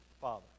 Father